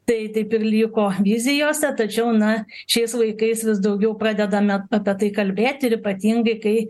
tai taip ir liko vizijose tačiau na šiais laikais vis daugiau pradedame apie tai kalbėti ir ypatingai kai